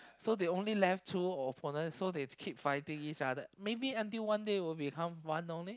so they only left two opponent so they keep fighting each other maybe until one day will become one only